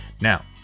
Now